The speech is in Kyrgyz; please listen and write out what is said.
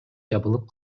жабылып